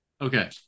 Okay